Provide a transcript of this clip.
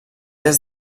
des